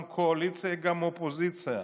גם קואליציה וגם אופוזיציה.